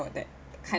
that kind